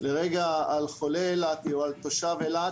לרגע על חולה אילתי, או על תושב אילת,